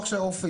עכשיו,